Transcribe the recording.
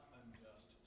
unjust